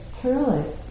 truly